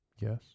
Yes